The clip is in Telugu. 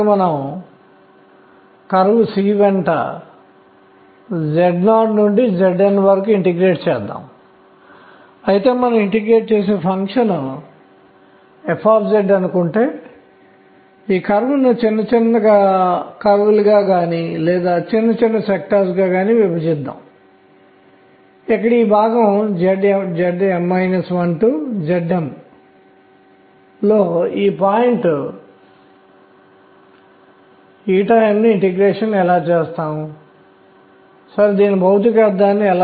ఈ క్వాంటం నిబంధనలు ఏమిటో కూడా నేను మీకు గుర్తు చేస్తాను లేదా సమస్యలో అనేక వేరియబుల్స్ చరరాశులు ఉన్నాయి వీటి పీరియాడిక్ మోషన్ ఆవర్తన చలనం px పై సమాకలని ఇక్కడ x అనేది చరరాశి d x ఇది nx h కి సమానం ఇవే క్వాంటం నిబంధనలు